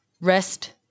rest